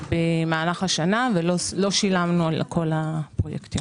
אליהם במהלך השנה ולא שילמנו על כל הפרויקטים.